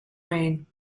rain